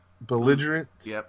belligerent